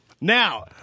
Now